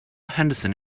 henderson